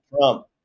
Trump